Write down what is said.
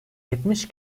yetmiş